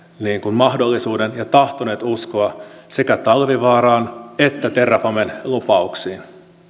mahdollisuuden ja tahtoneet uskoa sekä talvivaaraan että terrafamen lupauksiin